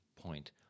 point